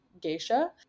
geisha